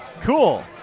Cool